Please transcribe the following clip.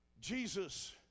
Jesus